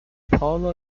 paula